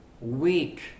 weak